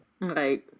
Right